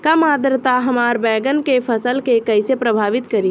कम आद्रता हमार बैगन के फसल के कइसे प्रभावित करी?